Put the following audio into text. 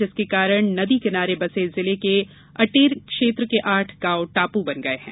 जिसके कारण नदी किनारे बसे जिले के अटेर क्षेत्र के आठ गांव टापू बन गये है